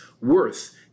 worth